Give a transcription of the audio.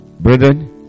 Brethren